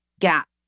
gap